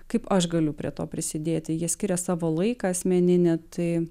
kaip aš galiu prie to prisidėti jie skiria savo laiką asmeninį tai